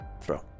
throw